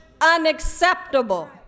unacceptable